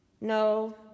No